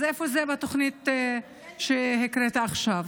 אז איפה זה בתוכנית שהקראת עכשיו?